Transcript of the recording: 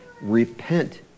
Repent